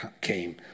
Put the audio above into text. came